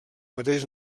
mateix